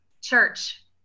church